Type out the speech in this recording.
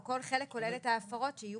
כל חלק כולל את ההפרות שיהיו